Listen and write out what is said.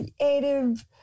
creative